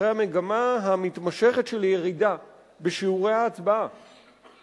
אחרי המגמה המתמשכת של ירידה בשיעורי ההצבעה,